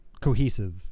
cohesive